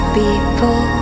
people